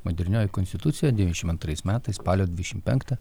modernioji konstitucija devyniasdešim antrais metais spalio dvidešim penktą